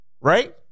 Right